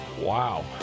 Wow